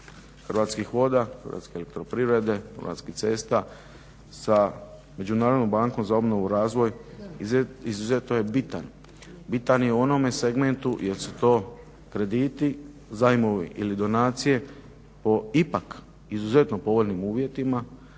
Hrvatskih voda, HEP-a, Hrvatskih cesta za Međunarodnom bankom za obnovu i razvoj izuzetno je bitan, bitan je u onome segmentu jer su to krediti, zajmovi ili donacije po ipak izuzetno povoljnim uvjetima